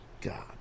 God